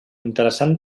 interessant